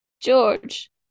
George